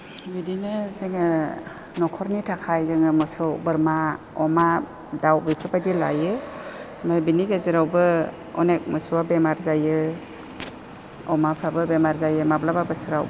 बिदिनो जोङो न'खरनि थाखाय जोङो मोसौ बोरमा अमा दाउ बेफोरबायदि लायो बिनि गेजेरावबो अनेख मोसौआ बेमार जायो अमाफ्राबो बेमार जायो माब्लाबा बोसोराव